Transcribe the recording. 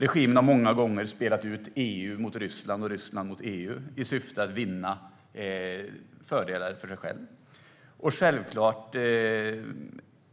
Regimen har många gånger spelat ut EU mot Ryssland och Ryssland mot EU i syfte att vinna fördelar för sig själv. Självklart